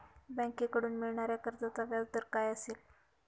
बँकेकडून मिळणाऱ्या कर्जाचा व्याजदर काय असेल?